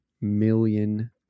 million